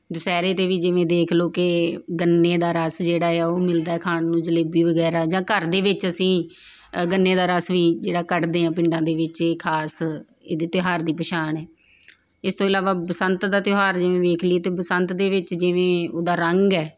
ਦੁਸਹਿਰੇ 'ਤੇ ਵੀ ਜਿਵੇਂ ਦੇਖ ਲਓ ਕਿ ਗੰਨੇ ਦਾ ਰਸ ਜਿਹੜਾ ਆ ਉਹ ਮਿਲਦਾ ਖਾਣ ਨੂੰ ਜਲੇਬੀ ਵਗੈਰਾ ਜਾਂ ਘਰ ਦੇ ਵਿੱਚ ਅਸੀਂ ਗੰਨੇ ਦਾ ਰਸ ਵੀ ਜਿਹੜਾ ਕੱਢਦੇ ਹਾਂ ਪਿੰਡਾਂ ਦੇ ਵਿੱਚ ਇਹ ਖਾਸ ਇਹਦੇ ਤਿਉਹਾਰ ਦੀ ਪਹਿਛਾਣ ਹੈ ਇਸ ਤੋਂ ਇਲਾਵਾ ਬਸੰਤ ਦਾ ਤਿਉਹਾਰ ਜਿਵੇਂ ਦੇਖ ਲਈਏ ਤਾਂ ਬਸੰਤ ਦੇ ਵਿੱਚ ਜਿਵੇਂ ਉਹਦਾ ਰੰਗ ਹੈ